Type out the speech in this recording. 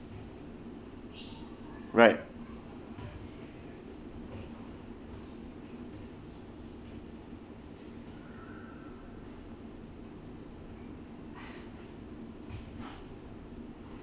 right